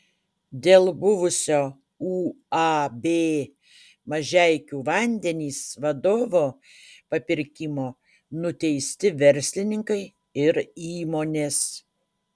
dėl buvusio uab mažeikių vandenys vadovo papirkimo nuteisti verslininkai ir įmonės